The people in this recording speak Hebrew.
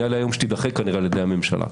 שכנראה תידחה על ידי הממשלה,